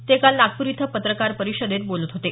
ते काल नागपूर इथं पत्रकार परिषदेत बोलत होते